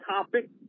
topic